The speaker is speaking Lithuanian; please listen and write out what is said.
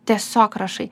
tiesiog rašai